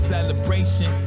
celebration